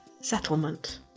settlement